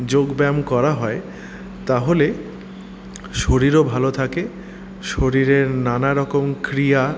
যোগ ব্যায়াম করা হয় তাহলে শরীরও ভালো থাকে শরীরের নানারকম ক্রিয়া